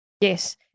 Yes